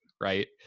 Right